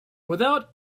without